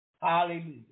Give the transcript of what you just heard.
Hallelujah